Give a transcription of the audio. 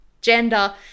gender